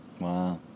Wow